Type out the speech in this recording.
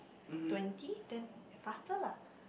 twenty then faster lah